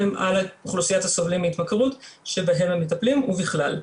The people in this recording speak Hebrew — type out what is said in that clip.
אוכלוסיית הסובלים מהתמכרות שבהם הם מטפלים ובכלל.